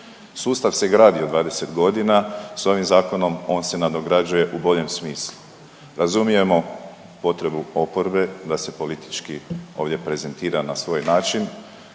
Sustav se gradio 20.g., s ovim zakonom on se nadograđuje u bojem smislu. Razumijemo potrebu oporbe da se politički ovdje prezentira na svoj način,